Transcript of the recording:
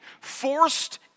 Forced